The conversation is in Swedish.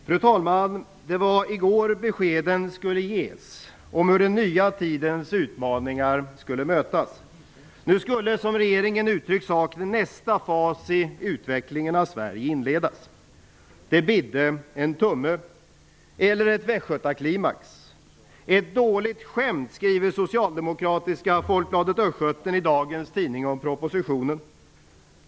Fru talman! Det var i går beskeden skulle ges om hur den nya tidens utmaningar skulle mötas. Nu skulle, som regeringen uttryckt saken, nästa fas i utvecklingen av Sverige inledas. Det bidde en tumme, eller ett västgötaklimax. "Ett dåligt skämt", skriver socialdemokratiska Folkbladet Östgöten om propositionen i dagens tidning.